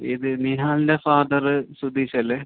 ഇത് നിഹാലിൻ്റെ ഫാദറ് സുധീഷല്ലെ